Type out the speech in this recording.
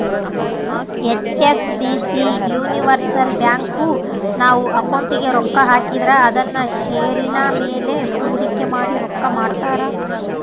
HSBC universal bank, ನಾವು ಅಕೌಂಟಿಗೆ ರೊಕ್ಕ ಹಾಕಿದ್ರ ಅದುನ್ನ ಷೇರಿನ ಮೇಲೆ ಹೂಡಿಕೆ ಮಾಡಿ ರೊಕ್ಕ ಮಾಡ್ತಾರ